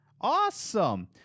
Awesome